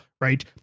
right